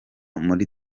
muri